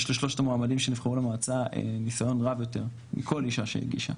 יש לשלושת המועמדים שנבחרו למועצה ניסיון רב יותר מכל אשה שהגישה.